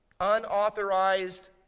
Unauthorized